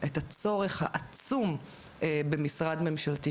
גם חברי מועצת הנוער עזרו לנו כדי להתאים את המסרים ישירות אליהם,